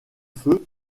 feu